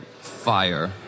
Fire